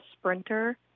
sprinter